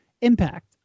impact